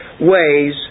ways